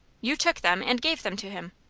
you took them, and gave them to him?